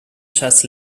chess